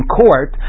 court